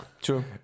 True